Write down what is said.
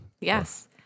yes